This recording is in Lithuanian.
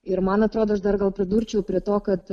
ir man atrodo aš dar gal pridurčiau prie to kad